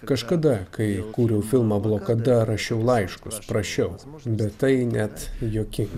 kažkada kai kūriau filmą blokada rašiau laiškus prašiau bet tai net juokinga